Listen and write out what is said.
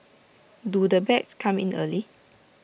do the bags come in early